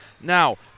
Now